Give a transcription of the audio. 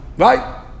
Right